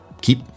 keep